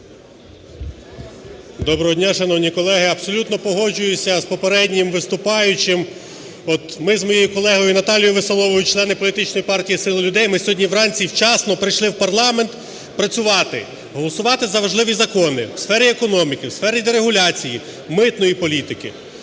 Доброго дня, шановні колеги! Абсолютно погоджуюся з попереднім виступаючим. От ми з моєю колегою Наталею Веселовою, члени політичної партії "Сила Людей", ми сьогодні вранці вчасно прийшли в парламент працювати, голосувати за важливі закони у сфері економіки, у сфері дерегуляції, митної політики.